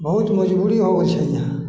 बहुत मजबूरी हो गेल छै यहाँ